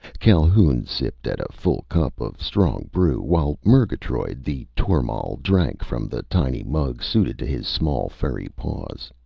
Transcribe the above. calhoun sipped at a full cup of strong brew, while murgatroyd the tormal drank from the tiny mug suited to his small, furry paws.